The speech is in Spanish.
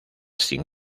sin